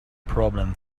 problem